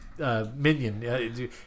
Minion